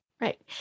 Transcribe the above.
Right